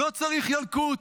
לא צריך ילקוט.